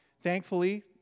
thankfully